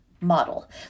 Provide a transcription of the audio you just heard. model